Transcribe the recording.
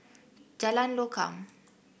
Jalan Lokam